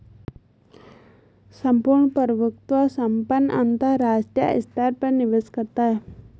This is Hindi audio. सम्पूर्ण प्रभुत्व संपन्न अंतरराष्ट्रीय स्तर पर निवेश करता है